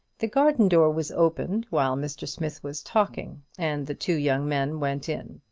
the garden-door was opened while mr. smith was talking, and the two young men went in.